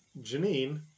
Janine